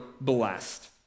blessed